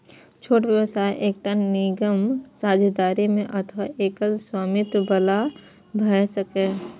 छोट व्यवसाय एकटा निगम, साझेदारी मे अथवा एकल स्वामित्व बला भए सकैए